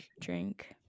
drink